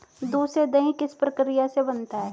दूध से दही किस प्रक्रिया से बनता है?